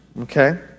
okay